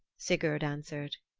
sigurd answered.